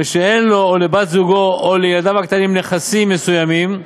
ושאין לו או לבת-זוגו או לילדיו הקטנים נכסים מסוימים,